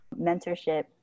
mentorship